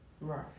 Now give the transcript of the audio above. Right